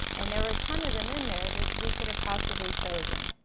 and there were a ton of them in there that we could've possibly chosen.